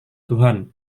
tuhan